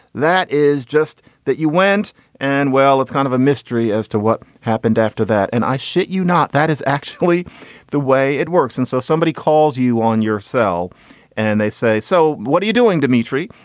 that is just that. you went and well, it's kind of a mystery as to what happened after that. and i shit you not. that is actually the way it works. and so somebody calls you on your cell and they say, so what are you doing, dimitri?